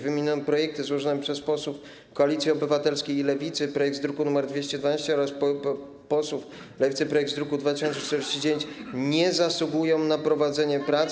Wymienione projekty: złożony przez posłów Koalicji Obywatelskiej i Lewicy projekt z druku nr 2012 oraz złożony przez posłów Lewicy projekt z druku nr 2049 nie zasługują na prowadzenie prac.